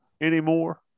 anymore